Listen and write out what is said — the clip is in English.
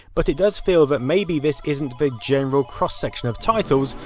but it does feel that maybe this isn't the general cross section of titles,